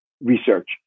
research